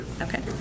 Okay